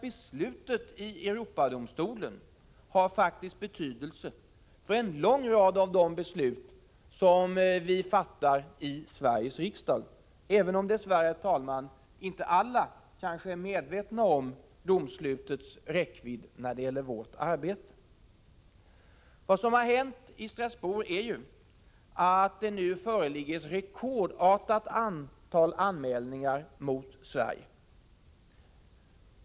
Beslutet i Europadomstolen har faktiskt betydelse för en lång rad av de beslut som vi fattar i Sveriges riksdag, även om dess värre, herr talman, kanske inte alla är medvetna om domslutets räckvidd när det gäller vårt arbete. Vad som har hänt i Strasbourg är ju att det föreligger ett rekordartat antal anmälningar mot Sverige.